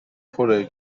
پره